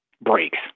breaks